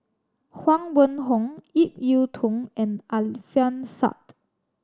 Huang Wenhong Ip Yiu Tung and Alfian Sa'at